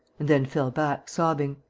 and then fell back, sobbing